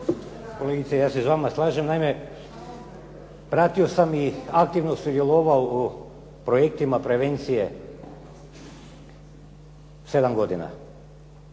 Kolegice, ja se s vama slažem. Naime, pratio sam i aktivno sudjelovao u projektima prevencije sedam godina.